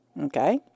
Okay